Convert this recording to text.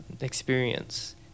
experience